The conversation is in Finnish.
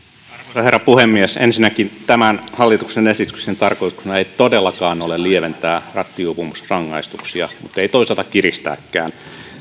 herra puhemies ensinnäkin tämän hallituksen esityksen tarkoituksena ei todellakaan ole lieventää rattijuopumusrangaistuksia mutta ei toisaalta kiristääkään